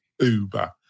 Uber